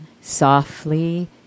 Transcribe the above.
softly